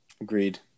agreed